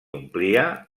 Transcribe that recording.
omplia